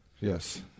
Yes